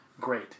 great